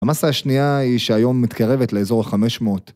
‫המסה השנייה היא שהיום ‫מתקרבת לאזור ה-500.